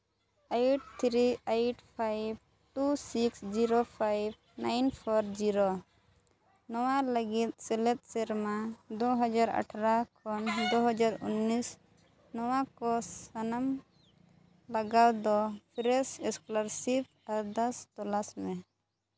eight three eight five two six zero five nine four zero ᱱᱚᱣᱟ ᱞᱟᱹᱜᱤᱫ ᱥᱮᱞᱮᱫ ᱥᱮᱨᱢᱟ ᱫᱩ ᱦᱟᱡᱟᱨ ᱟᱴᱷᱨᱚ ᱠᱷᱚᱱ ᱫᱩ ᱦᱟᱡᱟᱨ ᱩᱱᱤᱥ ᱱᱚᱣᱟ ᱠᱚ ᱥᱟᱱᱟᱢ ᱞᱟᱜᱟᱣ ᱫᱚ ᱯᱷᱨᱮᱥ ᱮᱥᱠᱚᱞᱟᱨᱥᱤᱯ ᱟᱨᱫᱟᱥ ᱛᱚᱞᱟᱥ ᱢᱮ